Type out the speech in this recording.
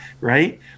right